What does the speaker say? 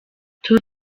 tour